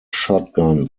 shotgun